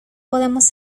podemos